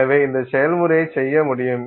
எனவே இந்த செயல்முறையை செய்ய முடியும்